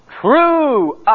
true